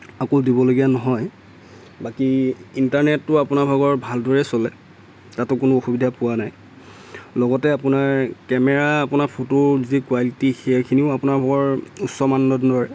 আকৌ দিবলগীয়া নহয় বাকী ইণ্টাৰনেটটো আপোনাৰ ভাগৰ ভালদৰে চলে তাতো কোনো অসুবিধা পোৱা নাই লগতে আপোনাৰ কেমেৰা আপোনাৰ ফটো যি কোৱালিটি সেইখিনিও আপোনাৰ বৰ উচ্চ মানদণ্ডৰে